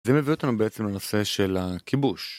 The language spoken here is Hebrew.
זה מביא אותנו בעצם לנושא של הכיבוש.